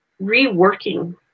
reworking